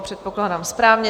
Předpokládám správně.